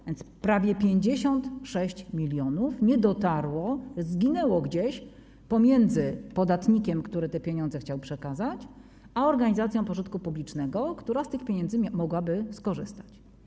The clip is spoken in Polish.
A więc prawie 56 mln nie dotarło, zginęło gdzieś pomiędzy podatnikiem, który te pieniądze chciał przekazać, a organizacją pożytku publicznego, która z tych pieniędzy mogłaby skorzystać.